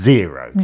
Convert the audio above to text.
Zero